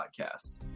Podcast